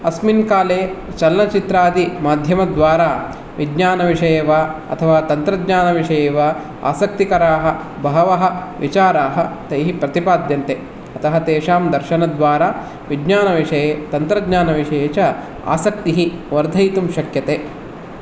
अस्मिन् काले चलनचित्रादि माध्यमद्वारा विज्ञानविषये वा अथवा तन्त्रज्ञानविषये वा आसक्तिकराः बहवः विचाराः तैः प्रतिपाद्यन्ते अतः तेषां दर्शनद्वारा विज्ञानविषये तन्त्रज्ञानविषये च आसक्तिः वर्धयितुं शक्यते